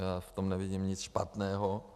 Já v tom nevidím nic špatného.